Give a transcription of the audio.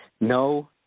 no